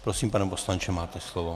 Prosím, pane poslanče, máte slovo.